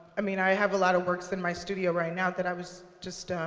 i mean i have a lot of works in my studio right now that i was just